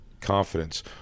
confidence